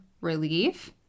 relief